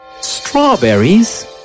strawberries